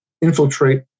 infiltrate